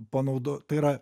panaudo tai yra